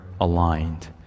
aligned